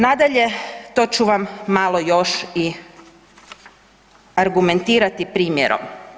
Nadalje, to ću vam malo još i argumentirati primjerom.